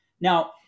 Now